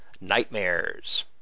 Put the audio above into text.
Nightmares